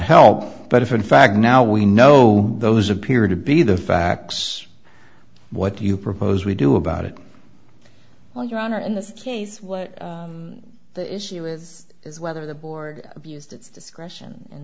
help but if in fact now we know those appear to be the facts what do you propose we do about it well your honor in this case what the issue is is whether the board abused its discretion in